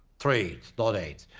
trade not aid.